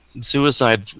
suicide